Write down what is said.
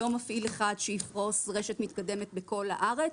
לא מפעיל אחד שיפרוס רשת מתקדמת בכל הארץ,